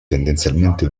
tendenzialmente